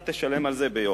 אתה תשלם על זה ביוקר.